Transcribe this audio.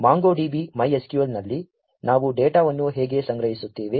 Mongo DB MySQL ನಲ್ಲಿ ನಾವು ಡೇಟಾವನ್ನು ಹೇಗೆ ಸಂಗ್ರಹಿಸುತ್ತೇವೆ